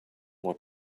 what